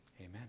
Amen